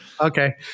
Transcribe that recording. Okay